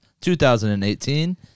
2018